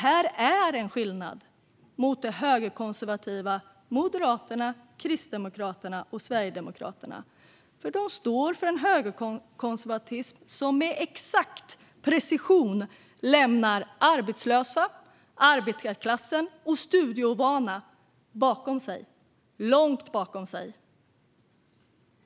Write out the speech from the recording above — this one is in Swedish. Här skiljer vi oss från de högerkonservativa Moderaterna, Kristdemokraterna och Sverigedemokraterna. De står för en högerkonservatism som med exakt precision lämnar arbetslösa, arbetarklassen och studieovana långt bakom.